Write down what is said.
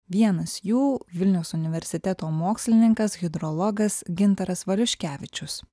vienas jų vilniaus universiteto mokslininkas hidrologas gintaras valiuškevičius